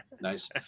Nice